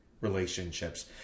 relationships